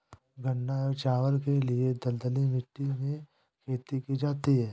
गन्ना एवं चावल के लिए दलदली मिट्टी में खेती की जाती है